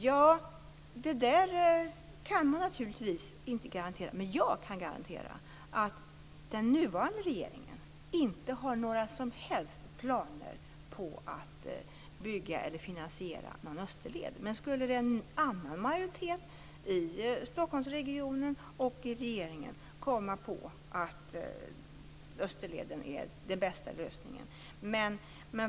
Ja, det där kan man naturligtvis inte garantera, men jag kan garantera att den nuvarande regeringen inte har några som helst planer på att bygga eller finansiera någon österled. Men en annan majoritet i Stockholmsregionen och regeringen kan komma på att Österleden är den bästa lösningen.